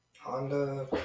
Honda